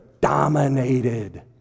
dominated